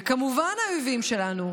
וכמובן האויבים שלנו,